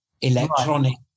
electronic